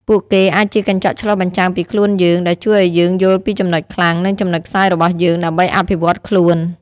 ពួកគេអាចជាកញ្ចក់ឆ្លុះបញ្ចាំងពីខ្លួនយើង ដែលជួយឱ្យយើងយល់ពីចំណុចខ្លាំង និងចំណុចខ្សោយរបស់យើង ដើម្បីអភិវឌ្ឍខ្លួន។